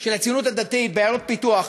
של הציונות הדתית בעיירות פיתוח,